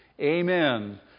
Amen